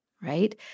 right